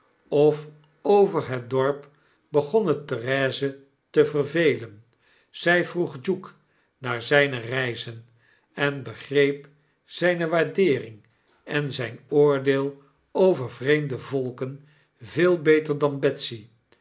of over het dorp begonnen therese te vervelen zy vroeg duke naar zyne reizen en begreep zyne waardeering en zyn oordeel over vreemde volken veel beter dan betsy